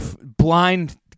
blind